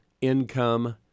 income